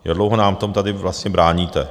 Jak dlouho nám v tom tady vlastně bráníte.